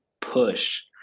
push